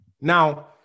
Now